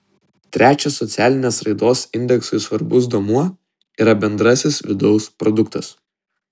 trečias socialinės raidos indeksui svarbus duomuo yra bendrasis vidaus produktas